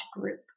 group